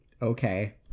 Okay